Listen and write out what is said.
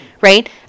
right